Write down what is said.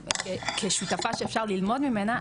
כשותפה שאפשר ללמוד ממנה,